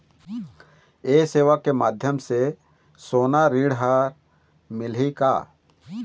ये सेवा के माध्यम से सोना ऋण हर मिलही का?